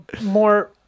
more